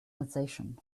alsatian